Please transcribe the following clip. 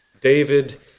David